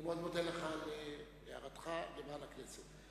אני מאוד מודה לך על הערתך בעניין הכנסת.